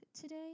today